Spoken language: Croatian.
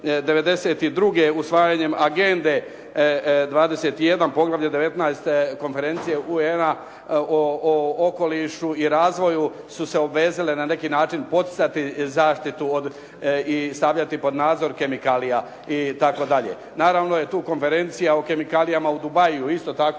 '92. usvajanjem Agende 21. poglavlje IX. Konferencije UN-a o okolišu i razvoju su se obvezale na neki način podcrtati zaštitu od, i stavljati pod nadzor kemikalija itd. Naravno je tu Konferencija o kemikalijama u Dubaiu isto tako